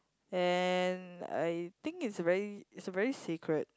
and I think it's a very it's a very sacred